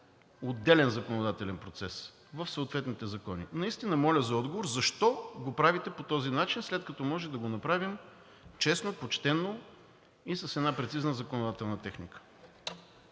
отделен законодателен процес в съответните закони. Наистина моля за отговор: защо го правите по този начин, след като може да го направим честно, почтено и с една прецизна законодателна техника?